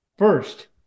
First